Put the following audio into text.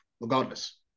regardless